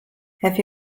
have